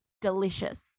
delicious